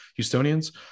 Houstonians